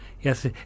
Yes